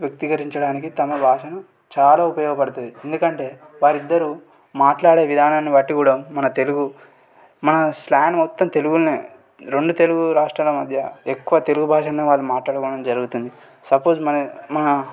వ్యక్తీకరించడానికి తమ భాషను చాలా ఉపయోగపడుతుంది ఎందుకంటే వారిద్దరూ మాట్లాడే విధానాన్ని బట్టి కూడా మన తెలుగు మన స్లాంగ్ మొత్తం తెలుగులోనే రెండు తెలుగు రాష్ట్రాల మధ్య ఎక్కువ తెలుగు భాషలోనే వాళ్ళు మాట్లాడటం అనేది జరుగుతుంది సపోజ్ మన మా